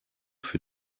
für